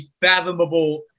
fathomable